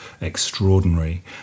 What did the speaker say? extraordinary